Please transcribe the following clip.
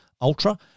Ultra